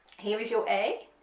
here is your a